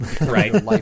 Right